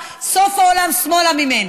סוף העולם שמאלה ממני.